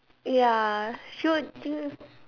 ya should you